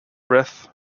breath